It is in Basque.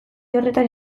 horretan